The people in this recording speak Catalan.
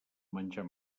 menjar